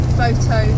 photo